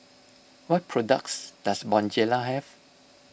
what products does Bonjela have